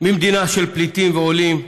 מדינה של פליטים ועולים,